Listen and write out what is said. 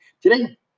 Today